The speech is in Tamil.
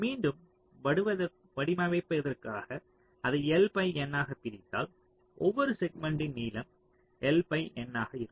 மீண்டும் வடிவமைப்பதற்காக அதை L பை N ஆக பிரித்தால் ஒவ்வொரு செக்மென்ட்டின் நீளம் L பை N ஆக இருக்கும்